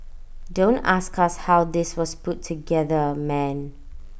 don't ask us how this was put together man